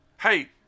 hey